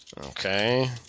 Okay